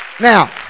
Now